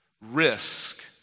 risk